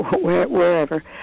Wherever